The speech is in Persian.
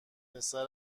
پسر